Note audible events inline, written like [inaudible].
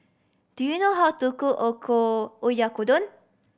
do you know how to cook [unintelligible] Oyakodon